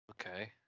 Okay